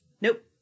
Nope